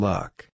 Luck